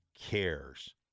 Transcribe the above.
cares